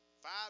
five